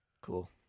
Cool